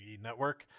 network